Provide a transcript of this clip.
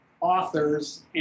authors